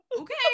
okay